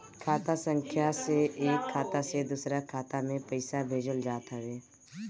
खाता संख्या से एक खाता से दूसरा खाता में पईसा भेजल जात हवे